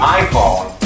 iPhone